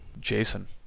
Jason